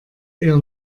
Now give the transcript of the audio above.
eher